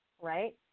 right